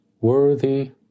worthy